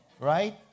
Right